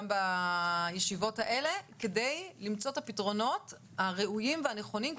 בישיבות האלה כדי למצוא את הפתרונות הראויים והנכונים,